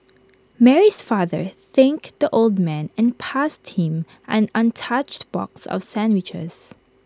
Mary's father thanked the old man and passed him an untouched box of sandwiches